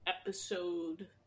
episode